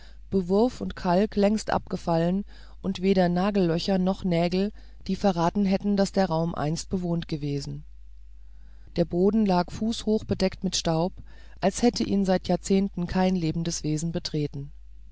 bewurf und kalk längst abgefallen und weder nagellöcher noch nägel die verraten hätten daß der raum einst bewohnt gewesen der boden lag fußhoch bedeckt mit staub als hätte ihn seit jahrzehnten kein lebendes wesen betreten